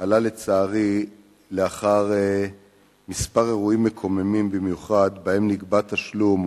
עלה לצערי לאחר כמה אירועים מקוממים במיוחד שבהם נגבה תשלום,